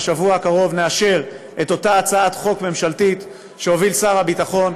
בשבוע הקרוב נאשר את אותה הצעת חוק ממשלתית שהוביל שר הביטחון,